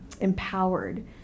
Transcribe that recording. empowered